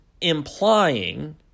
implying